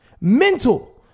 mental